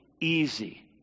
easy